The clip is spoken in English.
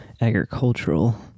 agricultural